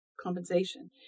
compensation